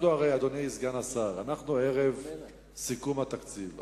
הרי אנחנו, אדוני סגן השר, ערב סיכום התקציב.